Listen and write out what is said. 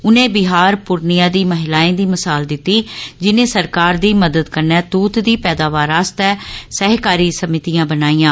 उनें बिहार पुरनिया दी महिलाएं दी मसाल दित्ती जिनें सरकार दी मदद कन्नै तूत दी पैदावार आस्तै सहकारी सभितियां बनाईयां